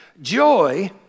Joy